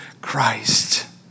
Christ